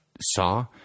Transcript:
saw